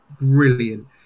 brilliant